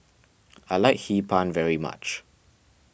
I like Hee Pan very much